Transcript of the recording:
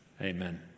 Amen